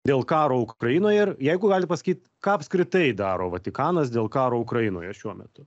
dėl karo ukrainoje ir jeigu galit pasakyt ką apskritai daro vatikanas dėl karo ukrainoje šiuo metu